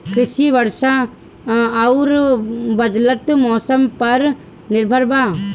कृषि वर्षा आउर बदलत मौसम पर निर्भर बा